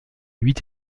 huit